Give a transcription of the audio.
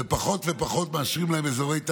ופחות ופחות מאשרים להן אזורי תעשייה.